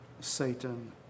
Satan